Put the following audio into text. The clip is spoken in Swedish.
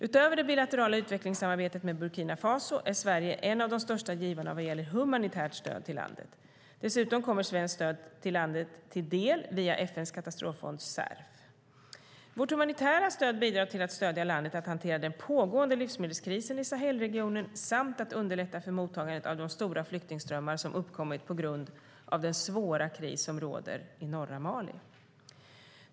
Utöver det bilaterala utvecklingssamarbetet med Burkina Faso är Sverige en av de största givarna vad gäller humanitärt stöd till landet. Dessutom kommer svenskt stöd landet till del via FN:s katastroffond CERF. Vårt humanitära stöd bidrar till att stödja landet att hantera den pågående livsmedelskrisen i Sahelregionen samt underlätta för mottagandet av de stora flyktingströmmarna som uppkommit på grund av den svåra kris som råder i norra Mali.